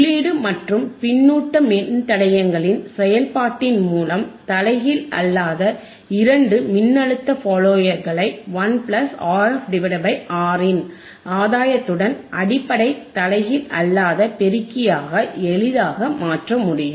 உள்ளீடு மற்றும் பின்னூட்ட மின்தடையங்களின் செயல்பாட்டின் மூலம் தலைகீழ் அல்லாத இரண்டு மின்னழுத்த ஃபாலோயர்களை 1 Rf Rin ஆதாயத்துடன் அடிப்படை தலைகீழ் அல்லாத பெருக்கியாக எளிதாக மாற்ற முடியும்